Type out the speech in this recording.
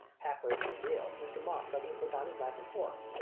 halfway through the meal mr. moss suddenly put down his knife and fork.